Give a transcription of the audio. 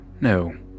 No